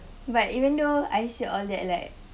but even though I said all that like